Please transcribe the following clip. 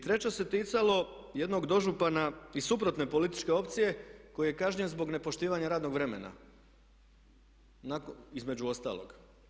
Treće se ticalo jednog dožupana iz suprotne političke opcije koji je kažnjen zbog nepoštivanja radnog vremena, između ostalog.